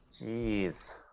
Jeez